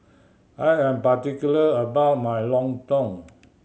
I am particular about my lontong